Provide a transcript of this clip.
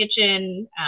kitchen